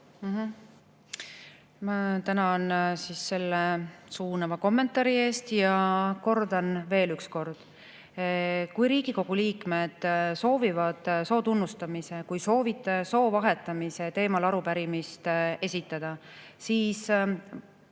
Ma tänan selle suunava kommentaari eest ja kordan veel üks kord, et kui Riigikogu liikmed soovivad soo tunnustamise, kui soovite, soo vahetamise teemal arupärimist esitada, siis